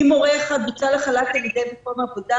אם הורה אחד הוצא לחל"ת על ידי מקום עבודה